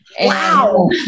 Wow